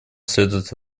следует